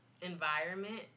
environment